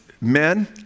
Men